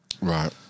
Right